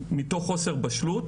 השונות.